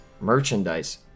merchandise